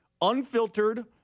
unfiltered